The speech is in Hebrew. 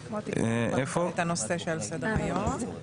אני מתכבד לפתוח את ישיבת ועדת הכנסת.